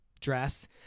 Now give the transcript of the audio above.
dress